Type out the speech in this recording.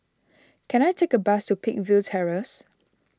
can I take a bus to Peakville Terrace